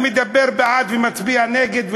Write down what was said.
אני מדבר בעד ומצביע נגד,